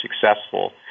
successful